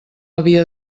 havia